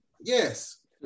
Yes